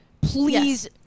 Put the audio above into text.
Please